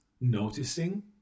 noticing